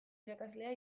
irakaslea